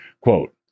Quote